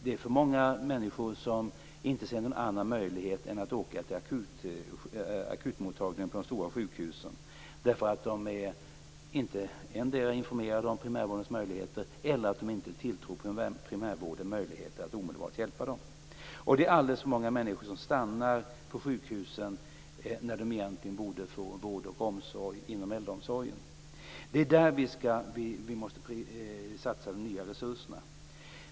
Det är för många människor som inte ser någon annan möjlighet än att åka till akutmottagningarna på de stora sjukhusen. Endera är de inte informerade om primärvårdens möjligheter eller också tilltror de inte primärvården möjligheter att omedelbart hjälpa dem. Det är alldeles för många människor som stannar på sjukhusen när de egentligen borde få vård och omsorg inom äldreomsorgen. Det är där som vi måste satsa de nya resurserna.